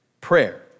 prayer